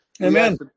Amen